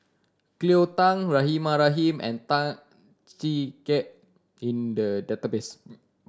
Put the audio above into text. Cleo Thang Rahimah Rahim and Tan Chee Teck in the database